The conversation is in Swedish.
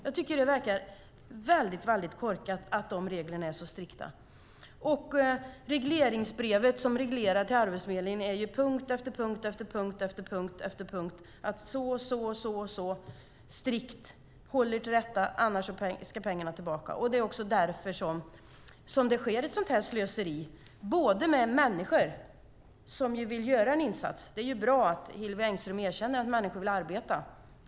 Jag tycker att det är väldigt korkat att de reglerna är så strikta. I regleringsbrevet till Arbetsförmedlingen är det angivet i punkt efter punkt vad man ska hålla sig till och att pengarna annars ska tillbaka. Det är också därför det uppstår ett sådant slöseri med människor som vill göra en insats. Det är bra att Hillevi Engström erkänner att människor vill arbeta.